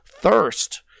thirst